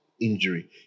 injury